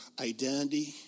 identity